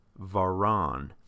Varan